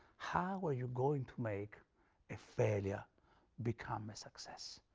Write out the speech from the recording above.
how are you going to make a failure become a success?